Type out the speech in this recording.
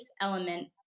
element